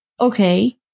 Okay